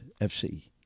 FC